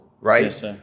right